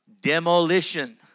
demolition